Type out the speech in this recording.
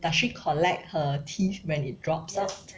does she collect her teeth when it drops out